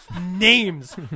names